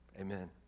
Amen